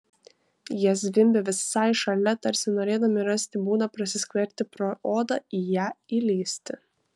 jie zvimbė visai šalia tarsi norėdami rasti būdą prasiskverbti pro odą į ją įlįsti